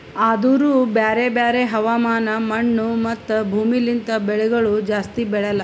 ಆದೂರು ಬ್ಯಾರೆ ಬ್ಯಾರೆ ಹವಾಮಾನ, ಮಣ್ಣು, ಮತ್ತ ಭೂಮಿ ಲಿಂತ್ ಬೆಳಿಗೊಳ್ ಜಾಸ್ತಿ ಬೆಳೆಲ್ಲಾ